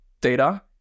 data